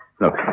Look